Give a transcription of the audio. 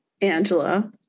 Angela